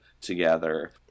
together